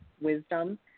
wisdom